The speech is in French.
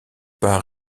pas